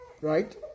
right